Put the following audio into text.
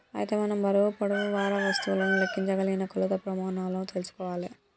అయితే మనం బరువు పొడవు వారా వస్తువులను లెక్కించగలిగిన కొలత ప్రెమానాలు తెల్సుకోవాలే